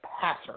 passer